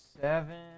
seven